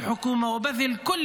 שקלים,